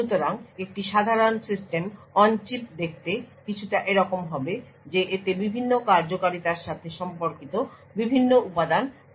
সুতরাং একটি সাধারণ সিস্টেম অন চিপ দেখতে কিছুটা এরকম হবে যে এতে বিভিন্ন কার্যকারিতার সাথে সম্পর্কিত বিভিন্ন উপাদান থাকতে পারে